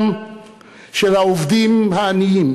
את מצוקתם של העובדים העניים,